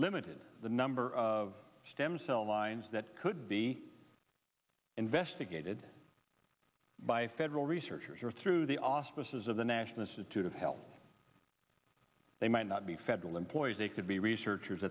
limited the number of stem cell lines that could be investigated by federal researchers or through the auspices of the national institute of health they might not be federal employees they could be researchers